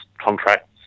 contracts